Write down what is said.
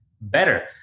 better